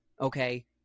okay